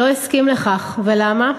לא הסכים לכך, ולמה?